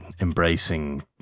embracing